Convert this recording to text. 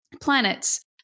planets